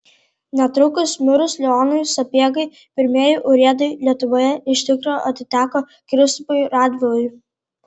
netrukus mirus leonui sapiegai pirmieji urėdai lietuvoje iš tikro atiteko kristupui radvilai